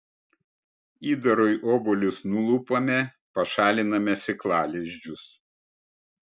įdarui obuolius nulupame pašaliname sėklalizdžius